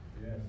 Yes